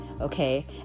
okay